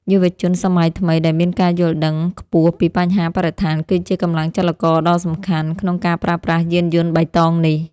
យុវជនសម័យថ្មីដែលមានការយល់ដឹងខ្ពស់ពីបញ្ហាបរិស្ថានគឺជាកម្លាំងចលករដ៏សំខាន់ក្នុងការប្រើប្រាស់យានយន្តបៃតងនេះ។